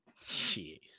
jeez